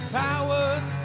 powers